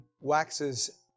waxes